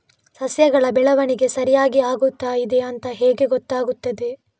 ಸಸ್ಯಗಳ ಬೆಳವಣಿಗೆ ಸರಿಯಾಗಿ ಆಗುತ್ತಾ ಇದೆ ಅಂತ ಹೇಗೆ ಗೊತ್ತಾಗುತ್ತದೆ?